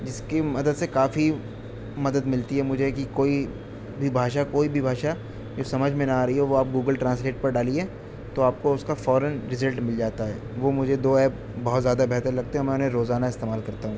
جس کی مدد سے کافی مدد ملتی ہے مجھے کہ کوئی بھی بھاشا کوئی بھی بھاشا جو سمجھ میں نہ آ رہی ہو وہ آپ گوگل ٹرانسلیٹ پر ڈالیے تو آپ کو اس کا فوراً ریزلٹ مل جاتا ہے وہ مجھے دو ایپ بہت زیادہ بہتر لگتے ہیں میں انہیں روزانہ استعمال کرتا ہوں